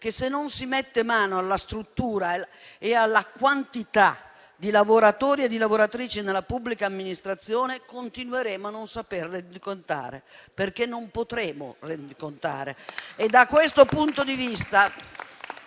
che se non si mette mano alla struttura e alla quantità di lavoratori e di lavoratrici nella pubblica amministrazione continueremo a non saper rendicontare, perché non potremo farlo. Da questo punto di vista